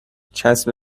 چسب